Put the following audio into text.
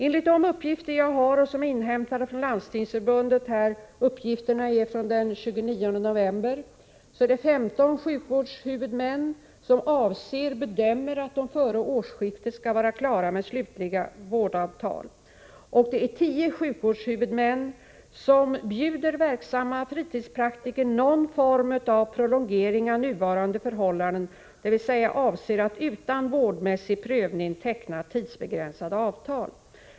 Enligt de uppgifter jag har inhämtat från Landstingsförbundet och som är från den 29 november bedömer 15 sjukvårdshuvudmän att de före årsskiftet skall vara klara med slutliga vårdavtal. 10 sjukvårdshuvudmän erbjuder verksamma fritidspraktiker någon form av prolongering av nuvarande förhållanden, dvs. de avser att utan vårdnadsmässig prövning teckna tidsbegränsade avtal.